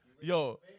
Yo